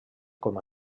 com